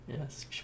Yes